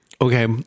Okay